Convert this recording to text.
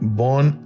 born